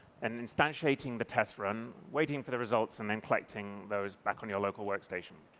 and substantiating the test run, waiting for the results and and collecting those back on your local workstation.